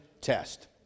test